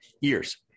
years